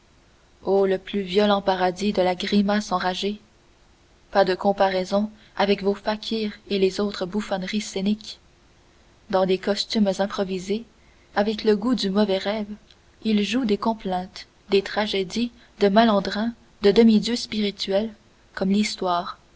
o le plus violent paradis de la grimace enragée pas de comparaison avec vos fakirs et les autres bouffonneries scéniques dans des costumes improvisés avec le goût du mauvais rêve ils jouent des complaintes des tragédies de malandrins de demi-dieux spirituels comme l'histoire